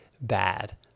bad